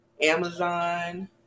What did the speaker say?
Amazon